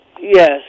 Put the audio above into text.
Yes